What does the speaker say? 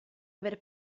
aver